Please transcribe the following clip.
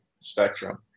spectrum